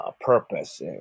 purpose